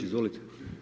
Izvolite.